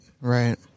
Right